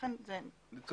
לכן זה קריטי.